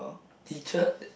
teacher